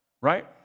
Right